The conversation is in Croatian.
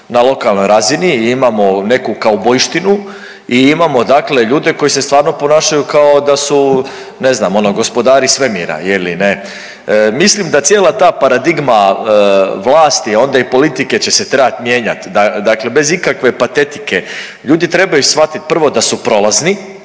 na lokalnoj razini i imamo neku kaubojštinu i imamo dakle ljude koji se stvarno ponašaju kao da su ne znam ono gospodari svemira je li ne. Mislim da cijela ta paradigma vlasti, a onda i politike će se trebat mijenjat, dakle bez ikakve patetike. Ljudi trebaju shvatit prvo da su prolazni,